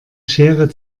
schere